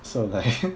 so like